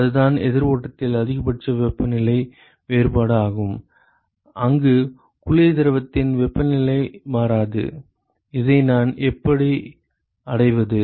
அதுதான் எதிர் ஓட்டத்தில் அதிகபட்ச வெப்பநிலை வேறுபாடு ஆகும் அங்கு குளிர் திரவத்தின் வெப்பநிலை மாறாது இதை நான் எப்படி அடைவது